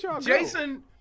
Jason